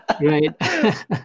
right